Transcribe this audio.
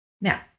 Now